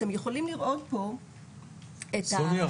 סוניה,